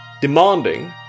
demanding